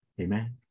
Amen